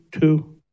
two